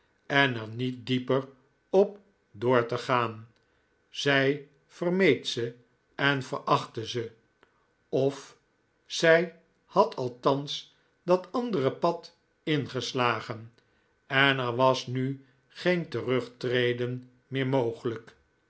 en er niet dieper op door te gaan zij vermeed ze en verachtte ze of zij had althans dat andere pad ingeslagen en er was nu geen terugtreden meer mogelijk